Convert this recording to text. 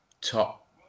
top